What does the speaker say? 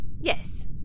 Yes